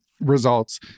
results